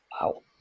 Wow